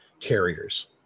carriers